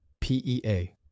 PEA